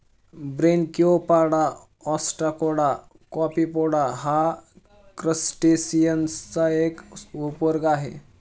Branchiopoda, Ostracoda, Copepoda हा क्रस्टेसिअन्सचा एक उपवर्ग आहे